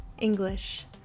English